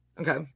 Okay